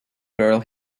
girl